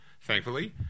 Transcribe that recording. thankfully